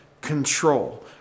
control